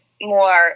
more